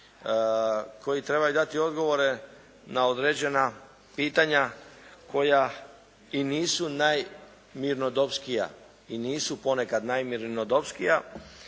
koji trebaju dati odgovore na određena pitanja koja i nisu najmirnodopskija i nisu ponekad najmirnodopskija.